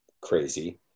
crazy